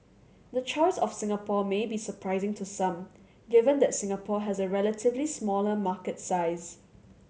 the choice of Singapore may be surprising to some given that Singapore has a relatively smaller market size